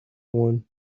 one